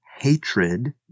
hatred